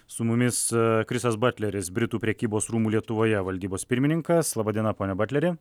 su mumis krisas butleris britų prekybos rūmų lietuvoje valdybos pirmininkas laba diena pone butleri